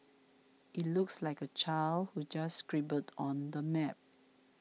it looks like a child who just scribbled on the map